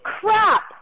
crap